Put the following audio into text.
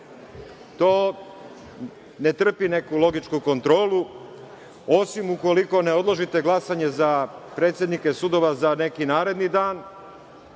ne trpi neku logičku kontrolu, osim ukoliko ne odložite glasanje za predsednike sudova za neki naredni dan,